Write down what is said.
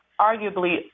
arguably